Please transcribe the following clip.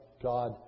God